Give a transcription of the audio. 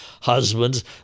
Husbands